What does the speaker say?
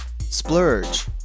Splurge